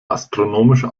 astronomische